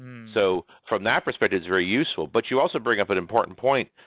so from that perspective, it's very useful. but you also bring up an important point.